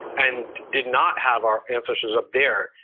and did not have our ancestors up there.